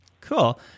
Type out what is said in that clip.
Cool